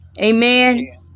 Amen